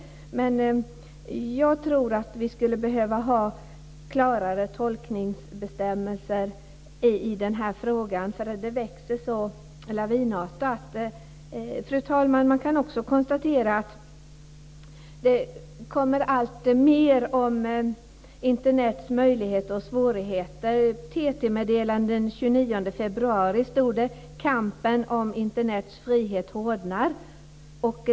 Jag tror att vi skulle behöva klarare tolkningsbestämmelser i den här frågan, eftersom det växer så lavinartat. Fru talman! Man kan också konstatera att det kommer fram alltmer om Internets möjligheter och svårigheter. I ett TT-meddelande från den 29 februari står: Kampen om Internets frihet hårdnar.